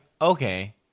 okay